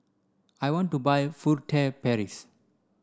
I want to buy Furtere Paris